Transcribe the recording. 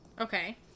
Okay